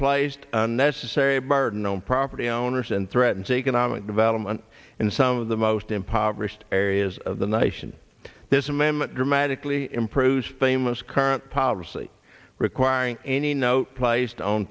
placed unnecessary burden on property owners and threatens economic development in some of the most impoverished areas of the nation this amendment dramatically improves famous current policy requiring any note placed own